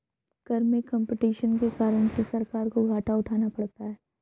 कर में कम्पटीशन के कारण से सरकार को घाटा उठाना पड़ता है